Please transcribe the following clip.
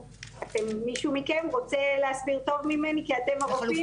מישהו מכן רוצה להסביר טוב ממני, כי אתם הרופאים?